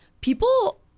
people